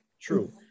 True